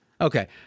Okay